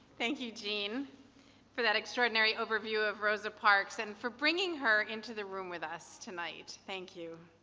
thank you jeanne for that extraordinary overview of rosa parks and for bringing her into the room with us tonight. thank you.